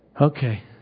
Okay